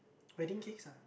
wedding cakes lah